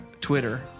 Twitter